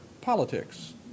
politics